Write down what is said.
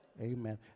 amen